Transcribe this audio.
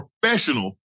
professional